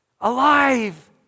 Alive